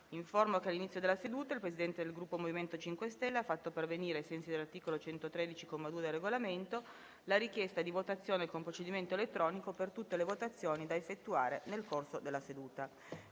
che all'inizio della seduta il Presidente del Gruppo MoVimento 5 Stelle ha fatto pervenire, ai sensi dell'articolo 113, comma 2, del Regolamento, la richiesta di votazione con procedimento elettronico per tutte le votazioni da effettuare nel corso della seduta.